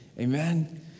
Amen